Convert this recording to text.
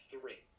three